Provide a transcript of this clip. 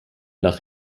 nach